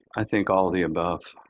i think all of the above.